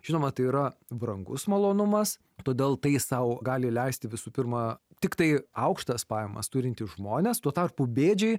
žinoma tai yra brangus malonumas todėl tai sau gali leisti visų pirma tiktai aukštas pajamas turintys žmonės tuo tarpu bėdžiai